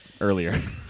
earlier